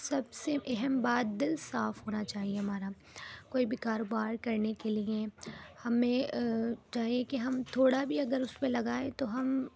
سب سے اہم بات دل صاف ہونا چاہیے ہمارا کوئی بھی کاروبار کرنے کے لیے ہمیں چاہیے کہ ہم تھوڑا بھی اگر اس میں لگائیں تو ہم